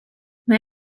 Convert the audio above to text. mae